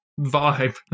vibe